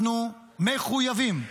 אנחנו מחויבים,